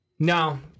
No